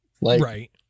Right